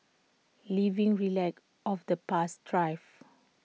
living relics of the past thrive